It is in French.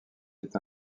est